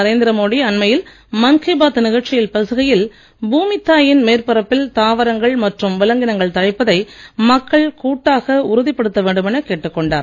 நரேந்திர மோடி அண்மையில் மன் கி பாத் நிகழ்ச்சியில் பேசுகையில் பூமித்தாயின் மேற்பரப்பில் தாவரங்கள் மற்றும் விலங்கினங்கள் தழைப்பதை மக்கள் கூட்டாக உறுதிப்படுத்த வேண்டுமென கேட்டுக் கொண்டார்